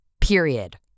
period